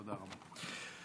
תודה רבה.